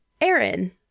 Aaron